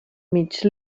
mig